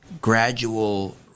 gradual